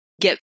get